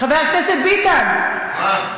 חבר הכנסת ביטן, מה?